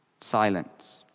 Silence